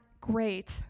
great